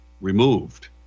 removed